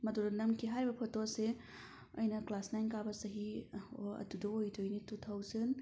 ꯃꯗꯨꯗ ꯅꯝꯈꯤ ꯍꯥꯏꯔꯤꯕ ꯐꯣꯇꯣꯁꯦ ꯑꯩꯅ ꯀ꯭ꯂꯥꯁ ꯅꯥꯏꯟ ꯀꯥꯕ ꯆꯍꯤ ꯑꯗꯨꯗ ꯑꯣꯏꯗꯣꯏꯅꯦ ꯇꯨ ꯊꯥꯎꯖꯟ